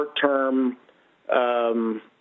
short-term